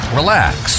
relax